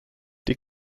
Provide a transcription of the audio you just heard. die